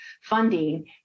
funding